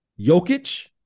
Jokic